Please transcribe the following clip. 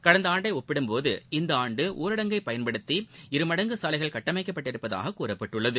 கடந்த ஆண்டை ஒப்பிடும் போது இந்த ஆண்டு ஊரடங்கைப் பயன்படுத்தி இருமடங்கு சாலைகள் கட்டமைக்கப்பட்டுள்ளதாகக் கூறப்பட்டுள்ளது